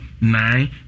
Nine